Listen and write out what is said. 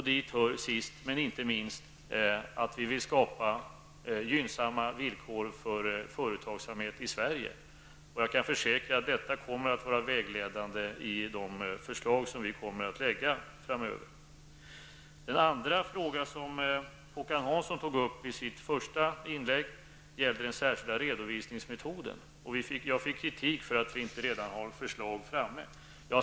Dit hör sist men inte minst att vi vill skapa gynnsamma villkor för företagsamhet i Sverige. Jag kan försäkra att detta kommer att vara vägledande för de förslag som regeringen kommer att presentera framöver. Den andra fråga Håkan Hansson tog upp i sitt första inlägg gällde den särskilda redovisningsmetoden. Jag fick kritik för att regeringen inte redan har förslag framme.